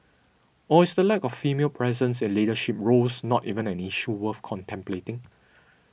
or is the lack of female presence in leadership roles not even an issue worth contemplating